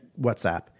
WhatsApp